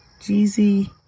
Jeezy